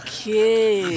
Okay